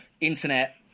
internet